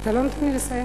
אתה לא נותן לי לסיים?